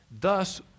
Thus